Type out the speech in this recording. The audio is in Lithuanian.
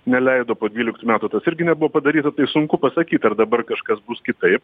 neleido po dvyliktų metų tas irgi nebuvo padaryta tai sunku pasakyti ar dabar kažkas bus kitaip